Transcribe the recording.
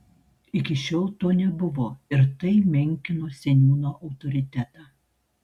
iki šiol to nebuvo ir tai menkino seniūno autoritetą